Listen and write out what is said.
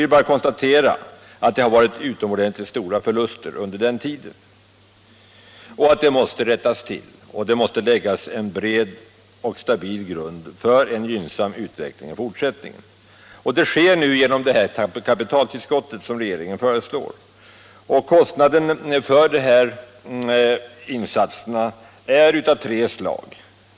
Jag bara konstaterar att förlusterna har varit utomordentligt stora under den tiden och att detta måste rättas till och en stabil grund läggas för en gynnsam utveckling i fortsättningen. Detta sker nu genom det kapitaltillskott som regeringen föreslår. Kostnaderna för dessa insatser är av tre slag.